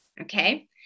okay